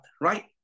right